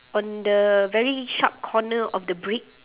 on the very sharp corner of the brick